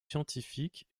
scientifiques